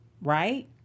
right